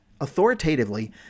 authoritatively